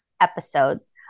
episodes